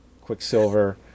Quicksilver